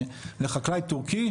50 אגורות נתנו לחקלאי טורקי,